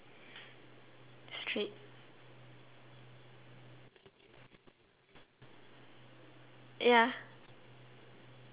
straight ya